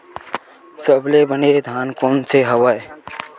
सबले बने धान कोन से हवय?